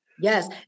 Yes